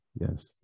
yes